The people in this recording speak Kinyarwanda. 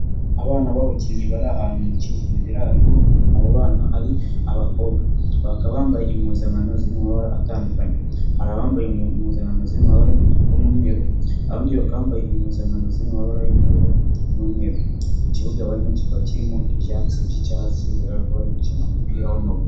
Abana b'abakinnyi bari ahantu mu kibuga, bigaragara ko abo bana ari abakobwa, bakaba bambaye impuzankano ziri mu mabara atandukanye, hari abambaye impuzankanda ziri mu mabara y'umutuku n'umweru, abandi bakaba bambaye impuzankano ziri mu mabara y'ubururu n'umweru, icyo kibuga barimo kiba kirimo ibyatsi by'icyatsi, bigaragara ko bari gukina umupira w'amaguru.